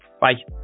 bye